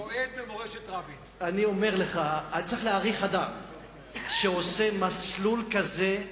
אני אומר לך, צריך להעריך אדם שעושה מסלול כזה.